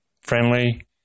friendly